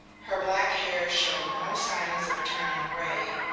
her black hair showed no signs of turning gray,